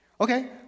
Okay